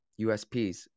USPs